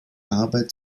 arbeit